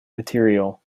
material